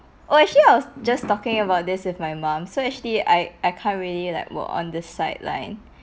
oh actually I was just talking about this with my mom so actually I I can't really like work on the sideline